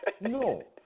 No